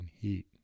heat